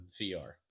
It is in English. VR